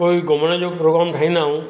कोई घुमण जो प्रोग्राम ठाहींदा आहियूं